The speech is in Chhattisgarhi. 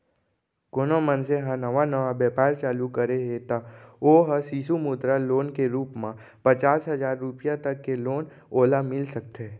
कोनो मनसे ह नवा नवा बेपार चालू करे हे त ओ ह सिसु मुद्रा लोन के रुप म पचास हजार रुपया तक के लोन ओला मिल सकथे